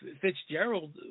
Fitzgerald